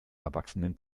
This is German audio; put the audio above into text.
erwachsenen